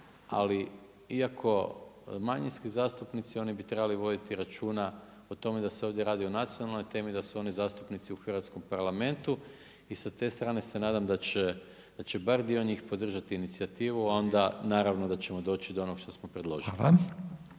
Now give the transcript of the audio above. Ali iako manjinski zastupnici oni bi trebali voditi računa o tome da se ovdje radi o nacionalnoj temi, da su oni zastupnici u Hrvatskom parlamentu i sa te strane se nadam da će bar dio njih podržati inicijativu, a onda naravno da ćemo doći do onog što smo predložili.